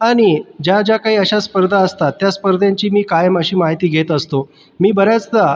आणि ज्या ज्या काही अशा स्पर्धा असतात त्या स्पर्धेंची मी कायम अशी माहिती घेत असतो मी बऱ्याचदा